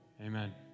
amen